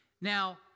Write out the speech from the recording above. Now